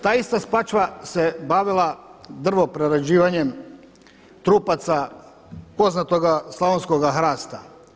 Ta ista Spačva se bavila drvo prerađivanjem trupaca poznatoga slavonskoga hrasta.